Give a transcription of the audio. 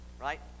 right